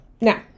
now